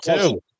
two